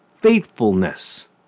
faithfulness